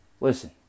listen